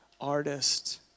artist